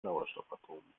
sauerstoffatomen